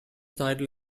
title